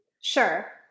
Sure